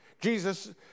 Jesus